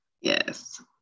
Yes